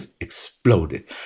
exploded